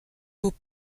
vos